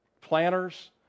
planners